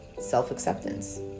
self-acceptance